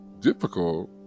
difficult